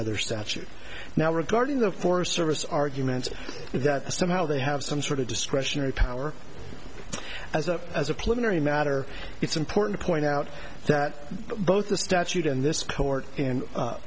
other statute now regarding the forest service arguments that somehow they have some sort of discretionary power as a as a politically matter it's important to point out that both the statute in this